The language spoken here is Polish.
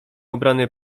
ubrany